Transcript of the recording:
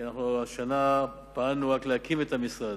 כי השנה פעלנו רק להקים את המשרד.